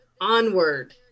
Onward